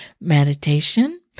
meditation